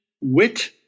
wit